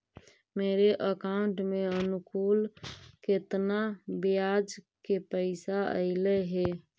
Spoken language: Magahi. मेरे अकाउंट में अनुकुल केतना बियाज के पैसा अलैयहे?